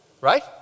right